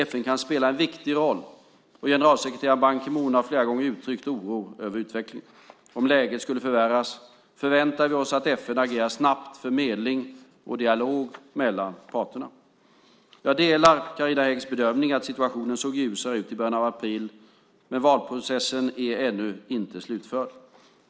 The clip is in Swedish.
FN kan spela en viktig roll, och generalsekreterare Ban Ki-moon har flera gånger uttryckt oro över utvecklingen. Om läget skulle förvärras förväntar vi oss att FN agerar snabbt för medling och dialog mellan parterna. Jag delar Carina Häggs bedömning att situationen såg ljusare ut i början av april, men valprocessen är ännu inte slutförd.